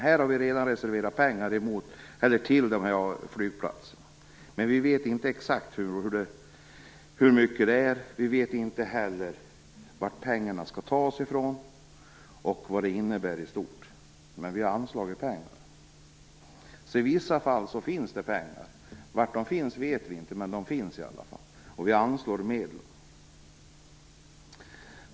Här har vi redan reserverat pengar till flygplatserna, men vi vet inte exakt hur mycket det är. Vi vet inte heller varifrån pengarna skall tas och vad detta innebär i stort, men vi har anslagit pengar. I vissa fall finns det alltså pengar. Var de finns vet vi inte, men de finns i alla fall, och vi anslår medel.